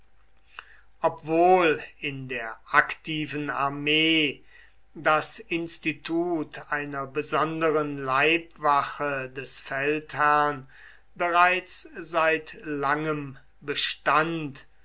obwohl in der aktiven armee das institut einer besonderen leibwache des feldherrn bereits seit langem bestand